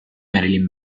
marilyn